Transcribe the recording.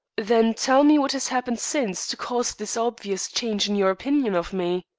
then tell me what has happened since to cause this obvious change in your opinion of me?